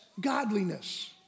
godliness